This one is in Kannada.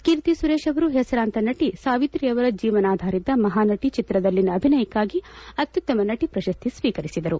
ಕೀರ್ತಿ ಸುರೇಶ್ ಅವರು ಹೆಸರಾಂತ ನಟಿ ಸಾವಿತ್ರೀ ಅವರ ಜೀವನಾಧಾರಿತ ಮಹಾನಟಿ ಚಿತ್ರದಲ್ಲಿನ ಅಭಿನಯಕ್ಕಾಗಿ ಅತ್ಯುತ್ತಮ ನಟಿ ಪ್ರಶಸ್ತಿ ಸ್ವೀಕರಿಸಿದರು